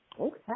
Okay